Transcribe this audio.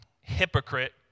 hypocrite